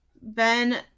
Ben